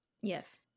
Yes